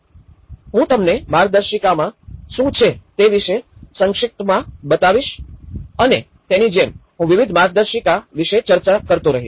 હું તમને માર્ગદર્શિકામાં શું છે તે વિશે સંક્ષિપ્તમાં બતાવીશ અને તેની જેમ હું વિવિધ માર્ગદર્શિકા વિશે ચર્ચા કરતો રહીશ